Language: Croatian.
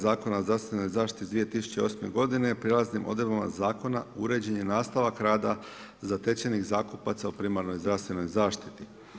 Zakona o zdravstvenoj zaštiti iz 2008. godine prijelaznim odredbama zakona uređen je nastavak rada zatečenih zakupaca u primarnoj zdravstvenoj zaštiti.